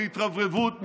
בהתרברבות,